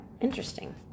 Interesting